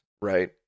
right